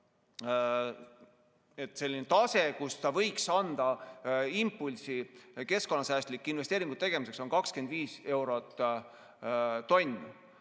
selline tase, mis võiks anda impulsi keskkonnasäästlike investeeringute tegemiseks, see on 25 eurot tonni